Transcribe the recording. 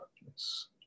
darkness